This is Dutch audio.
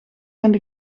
vind